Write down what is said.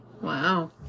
Wow